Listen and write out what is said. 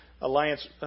alliance